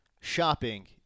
shopping